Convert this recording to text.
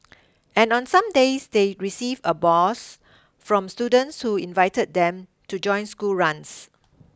and on some days they receive a boost from students who invited them to join school runs